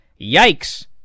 Yikes